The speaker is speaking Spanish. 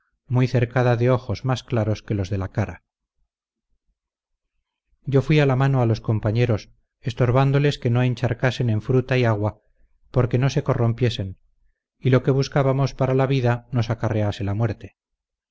muy cercada de ojos más claros que los de la cara yo fui a la mano a los compañeros estorbándoles que no encharcasen en fruta y agua porque no se corrompiesen y lo que buscábamos para la vida nos acarrease la muerte